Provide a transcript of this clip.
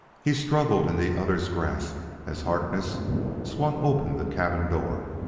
he struggled in the other's grasp as harkness swung open the cabin door,